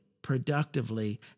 productively